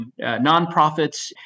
nonprofits